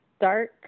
dark